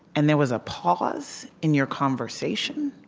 and there was a pause in your conversation,